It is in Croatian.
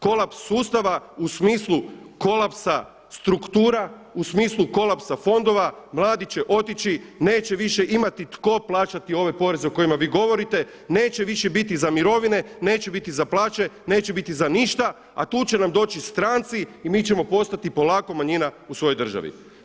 Kolaps sustava u smislu kolapsa struktura, u smislu kolapsa fondova, mladi će otići, neće više imati tko plaćati ove poreze o kojima vi govorite, neće više biti za mirovine, neće biti za plaće, neće biti za ništa, a tu će nam doći stranci i mi ćemo postati polako manjina u svojoj državi!